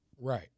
Right